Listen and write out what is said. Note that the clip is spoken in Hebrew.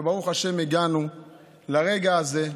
וברוך השם הגענו לרגע הזה,